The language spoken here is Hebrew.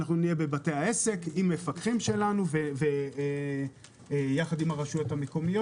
אנחנו נהיה בבתי העסק עם מפקחים שלנו ויחד עם הרשויות המקומיות